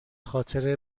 خاطر